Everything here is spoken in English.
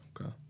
okay